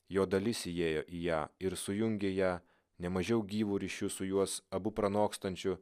jo dalis įėjo į ją ir sujungė ją nemažiau gyvu ryšiu su juos abu pranokstančiu